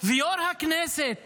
ויו"ר הכנסת